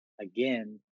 again